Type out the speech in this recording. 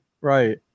Right